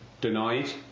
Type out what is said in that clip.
denied